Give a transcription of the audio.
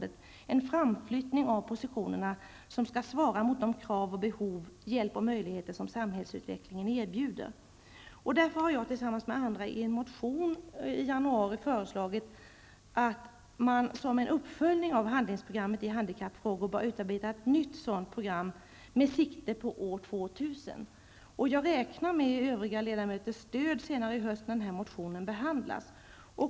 Det handlar alltså om en framflyttning av positionerna för att svara mot de krav och behov samt den hjälp och de möjligheter som samhällsutvecklingen erbjuder. Därför har jag tillsammans med några andra i en motion som väcktes i januari sagt att man som en uppföljning av handlingsprogrammet i handikappfrågor bör utarbeta ett nytt sådant program med siktet inställt på år 2000. Jag räknar med övriga ledamöters stöd senare i höst när den här motionen behandlas.